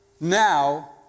Now